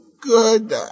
good